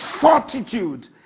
fortitude